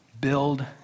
build